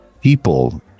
people